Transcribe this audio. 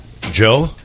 Joe